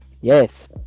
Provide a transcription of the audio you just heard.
Yes